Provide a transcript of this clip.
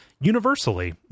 universally